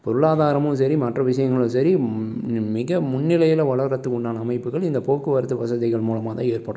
பொருளாதாரமும் சரி மற்ற விஷயங்களும் சரி மிக முன்னிலையில் வளர்றத்துக்கு உண்டான அமைப்புகள் இந்த போக்குவரத்து வசதிகள் மூலமாக தான் ஏற்படும்